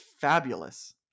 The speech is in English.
fabulous